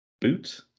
Boot